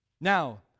Now